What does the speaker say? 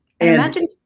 Imagine